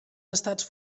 estats